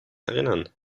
erinnern